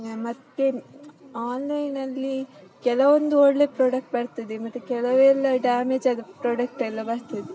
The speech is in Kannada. ಮತ್ತು ಆನ್ಲೈನಲ್ಲಿ ಕೆಲವೊಂದು ಒಳ್ಳೆ ಪ್ರಾಡಕ್ಟ್ ಬರ್ತದೆ ಮತ್ತು ಕೆಲವೆಲ್ಲ ಡ್ಯಾಮೇಜಾದ ಪ್ರಾಡಕ್ಟೆಲ್ಲ ಬರ್ತದೆ